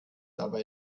dabei